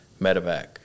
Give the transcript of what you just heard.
medevac